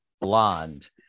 Blonde